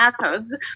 methods